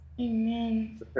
amen